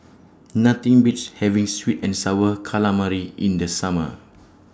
Nothing Beats having Sweet and Sour Calamari in The Summer